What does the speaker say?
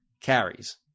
carries